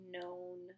known